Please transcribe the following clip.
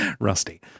Rusty